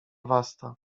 wasta